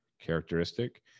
characteristic